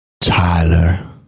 Tyler